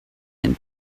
and